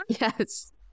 Yes